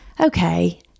okay